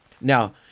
Now